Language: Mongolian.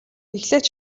эхлээд